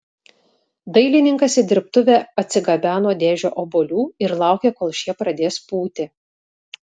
dailininkas į dirbtuvę atsigabeno dėžę obuolių ir laukė kol šie pradės pūti